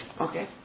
okay